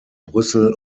brüssel